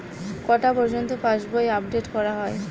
কটা পযর্ন্ত পাশবই আপ ডেট করা হয়?